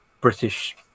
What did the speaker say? British